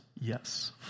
yes